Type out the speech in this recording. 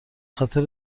خاطر